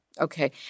Okay